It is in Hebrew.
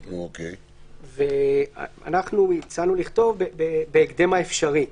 אנחנו הצענו לכתוב "בהקדם האפשרי",